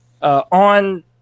On